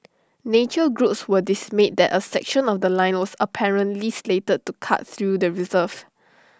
nature groups were dismayed that A section of The Line was apparently slated to cut through the reserve